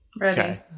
Ready